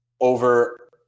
over